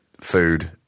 food